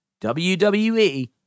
WWE